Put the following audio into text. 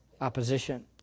opposition